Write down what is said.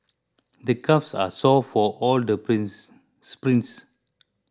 the calves are sore from all the prints sprints